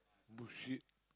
bullshit